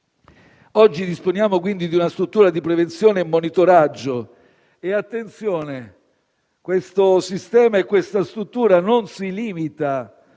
Oggi disponiamo di una struttura di prevenzione e monitoraggio; attenzione, questo sistema e questa struttura non si limitano